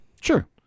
Sure